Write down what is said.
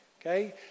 okay